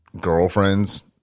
girlfriends